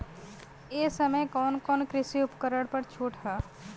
ए समय कवन कवन कृषि उपकरण पर छूट ह?